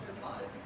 பாவம்:paavam